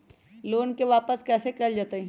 Loan के वापस कैसे कैल जतय?